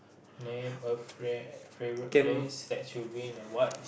name a fr~ favourite place that you've been and what